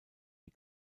die